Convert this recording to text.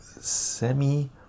semi